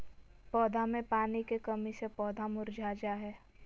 पौधा मे पानी के कमी से पौधा मुरझा जा हय